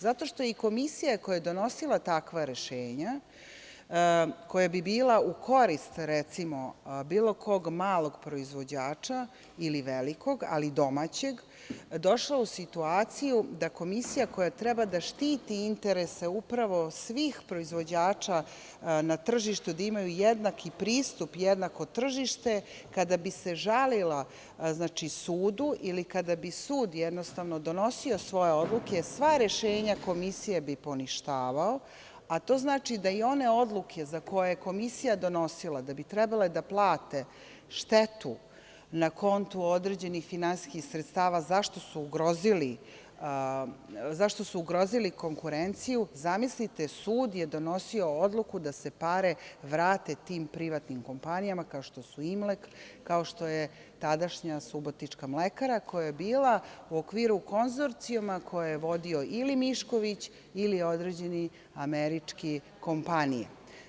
Zato što je i Komisija koja je donosila takva rešenja, koja bi bila u korist, recimo, bilo kog malog proizvođača ili velikog, ali domaćeg, došla u situaciju da Komisija koja treba da štiti interese, upravo svih proizvođača na tržištu, da imaju jednaki pristup, jednako tržište, kada bi se žalila, znači sudu, ili kada bi sud jednostavno donosio svoje odluke, sva rešenja Komisije bi poništavao, a to znači da i one odluke za koje je Komisija donosila da bi trebale da plate štetu na kontu određenih finansijskih sredstava zašto su ugrozili konkurenciju, zamislite sud je donosio odluku da se pare vrate tim privatnim kompanijama, kao što su „Imlek“, kao što je tadašnja Subotička mlekara, koja je bila u okviru konzorcijuma koje je vodio ili Mišković ili određena američka kompanija.